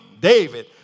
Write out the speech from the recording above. David